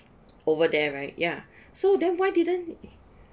over there right ya so then why didn't